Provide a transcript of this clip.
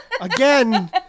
again